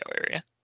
area